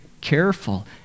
careful